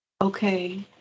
okay